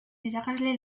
irakasle